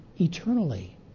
eternally